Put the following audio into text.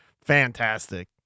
fantastic